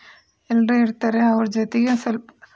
ಎಲ್ಲರೂ ಇರ್ತಾರೆ ಅವರ ಜತೆಗೆ ಒಂದು ಸ್ವಲ್ಪ